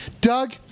Doug –